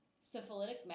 syphilitic